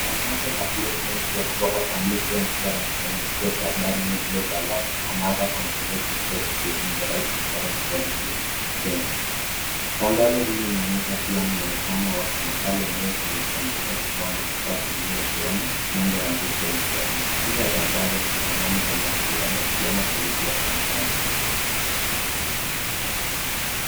Tangazo la blogu mpya kutoka kwa Mayfair Insurance, lenye kituo cha habari, New Blog Alert, ama ada, Comprehensive Guide to Choosing the Right Insurance Policy in Kenya. Tangazo hili linaonyesha pia mwonekano wa makala yenyewe kwenye kompyuta kibao na kifaa kingine, ikiwemo nembo ya, Mayfair Insurance. Chini ya tangazo kuna anwani za mawasiliano, ikiwemo tovuti ya kampani.